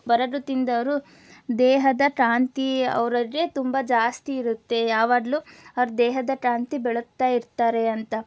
ಬರಗು ತಿಂದವರು ದೇಹದ ಕಾಂತಿ ಅವ್ರಿಗೆ ತುಂಬ ಜಾಸ್ತಿ ಇರುತ್ತೆ ಯಾವಾಗಲು ಅವ್ರ ದೇಹದ ಕಾಂತಿ ಬೆಳಗ್ತಾ ಇರ್ತಾರೆ ಅಂತ